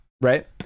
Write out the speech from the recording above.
right